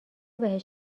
بهش